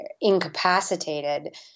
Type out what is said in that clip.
incapacitated